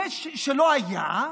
שלא היה,